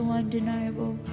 undeniable